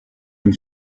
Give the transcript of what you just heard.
den